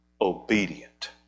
obedient